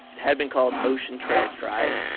it had been called ocean trails drive.